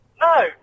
No